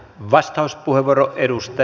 arvoisa puhemies